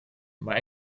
maar